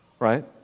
Right